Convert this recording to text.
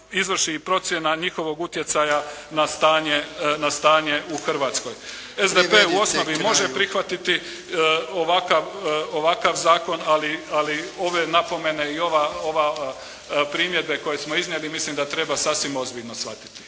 izvrši i procjena njihovog utjecaja na stanje u Hrvatskoj. …/Upadica: Privedite kraju!/… SDP u osnovi može prihvatiti ovakav zakon, ali ove napomene i ove primjedbe koje smo iznijeli mislim da treba sasvim ozbiljno shvatiti.